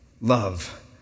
love